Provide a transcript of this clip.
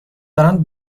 دارند